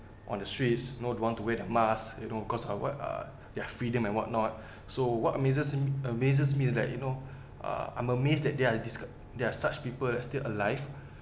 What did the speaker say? on the streets you know don't want to wear a mask you know cause uh what uh their freedom and what not so what amazes amazes me is that you know uh I'm amazed that there are dis~ there are such people are still alive